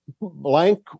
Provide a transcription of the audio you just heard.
Blank